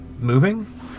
moving